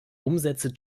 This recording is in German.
umsätze